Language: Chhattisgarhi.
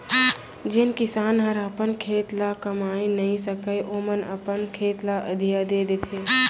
जेन किसान हर अपन खेत ल कमाए नइ सकय ओमन अपन खेत ल अधिया दे देथे